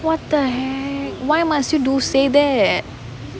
what they heck why must you do say that